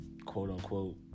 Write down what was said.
quote-unquote